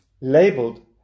labeled